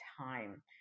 time